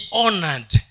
honored